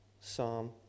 Psalm